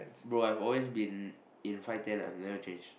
bro I've always been in five ten I've never changed